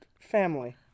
family